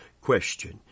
question